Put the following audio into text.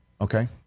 Okay